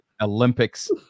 Olympics